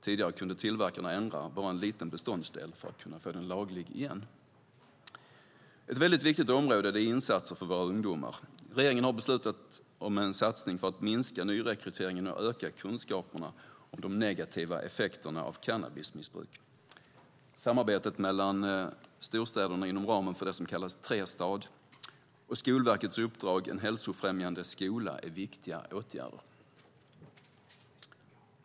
Tidigare kunde tillverkarna ändra bara en liten beståndsdel för att få den laglig igen. Ett viktigt område är insatser för våra ungdomar. Regeringen har beslutat om en satsning för att minska nyrekryteringen och öka kunskaperna om de negativa effekterna av cannabismissbruk. Samarbetet mellan storstäderna inom ramen för det som kallas Trestad och Skolverkets uppdrag En hälsofrämjande skola är viktiga åtgärder.